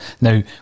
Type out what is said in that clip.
Now